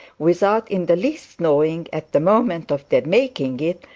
without in the least knowing at the moment of their making it,